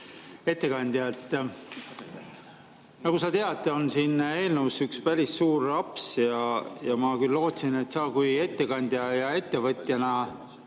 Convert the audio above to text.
ettekandja! Nagu sa tead, on siin eelnõus üks päris suur aps. Ma küll lootsin, et sa kui ettekandja, ettevõtja